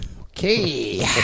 Okay